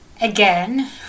again